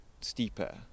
steeper